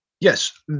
Yes